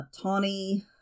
tawny